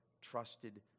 trusted